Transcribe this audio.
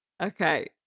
Okay